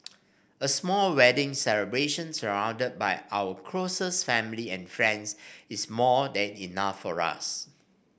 a small wedding celebration surrounded by our closest family and friends is more than enough for us